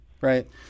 right